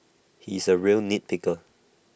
he is A real nit picker